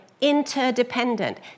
interdependent